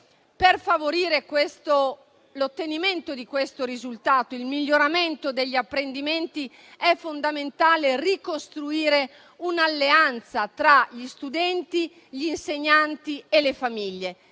per favorire l'ottenimento di questo risultato e il miglioramento degli apprendimenti, è fondamentale ricostruire un'alleanza tra gli studenti, gli insegnanti e le famiglie.